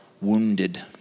Wounded